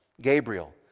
Gabriel